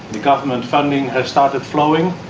the government funding has started flowing,